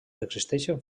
existeixen